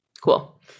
Cool